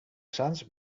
sants